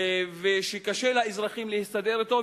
שקשה לאזרחים להסתדר אתו.